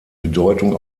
bedeutung